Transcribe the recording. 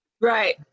right